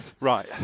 Right